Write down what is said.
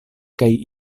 kaj